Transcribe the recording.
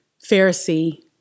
Pharisee